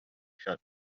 shut